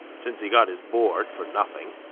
since he got his board for nothing,